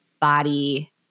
body